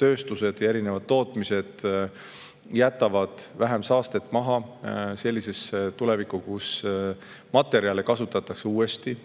tööstused ja tootmised jätavad vähem saastet maha. Eesmärk on jõuda sellisesse tulevikku, kus materjale kasutatakse uuesti.